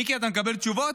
מיקי, אתה מקבל תשובות?